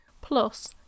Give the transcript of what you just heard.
plus